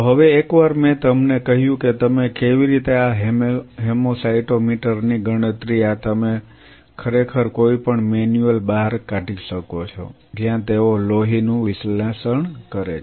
તો હવે એકવાર મેં તમને કહ્યું કે તમે કેવી રીતે આ હેમસાયટોમીટર ની ગણતરી આ તમે ખરેખર કોઈપણ મેન્યુઅલ બહાર કાઢી શકો છો જ્યાં તેઓ લોહીનું વિશ્લેષણ કરે છે